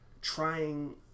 trying